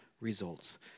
results